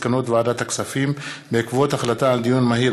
מסקנות ועדת הכספים בעקבות דיון מהיר